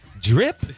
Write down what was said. drip